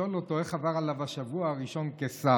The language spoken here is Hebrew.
לשאול אותו איך עבר עליו השבוע הראשון כשר.